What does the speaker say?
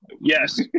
Yes